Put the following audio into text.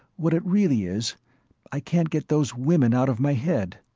what it really is i can't get those women out of my head.